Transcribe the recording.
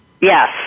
Yes